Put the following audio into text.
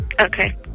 Okay